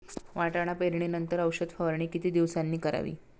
वाटाणा पेरणी नंतर औषध फवारणी किती दिवसांनी करावी?